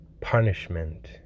punishment